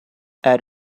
add